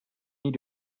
need